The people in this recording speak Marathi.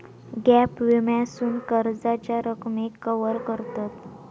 गॅप विम्यासून कर्जाच्या रकमेक कवर करतत